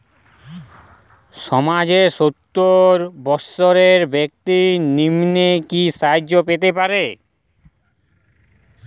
সমাজের সতেরো বৎসরের ব্যাক্তির নিম্নে কি সাহায্য পেতে পারে?